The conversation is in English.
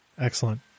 Excellent